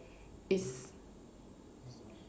is